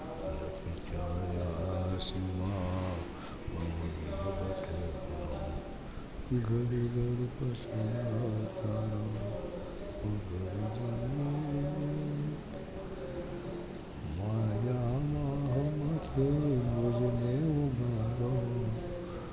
લાખ ચોરાસીમાં ગરુજી માયામાં મુજને ઉગારો